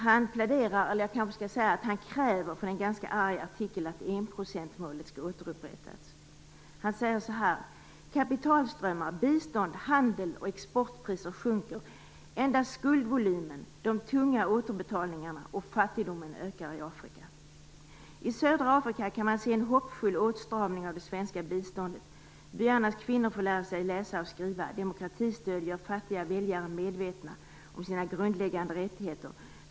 Han kräver - det är en ganska arg artikel - att enprocentsmålet skall återupprättas. Han säger så här: Kapitalströmmar, bistånd, handel och exportpriser sjunker. Endast skuldvolymen, de tunga återbetalningarna och fattigdomen ökar i Afrika. I södra Afrika kan man se en hoppfull åtstramning av det svenska biståndet. Byarnas kvinnor får lära sig läsa och skriva. Demokratistöd gör fattiga väljare medvetna om sina grundläggande rättigheter.